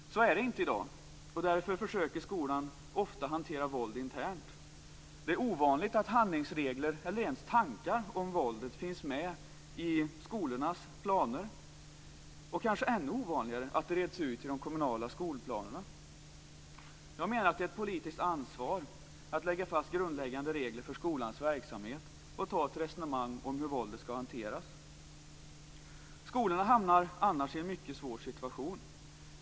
Så är det inte i dag, och därför försöker skolan ofta hantera våld internt. Det är ovanligt att handlingsregler eller ens tankar om våldet finns med i skolornas planer, och det är kanske ännu ovanligare att det reds ut i de kommunala skolplanerna. Jag menar att det är ett politiskt ansvar att lägga fast grundläggande regler för skolans verksamhet och att ta upp ett resonemang om hur våldet skall hanteras. Skolorna hamnar annars i en mycket svår situation.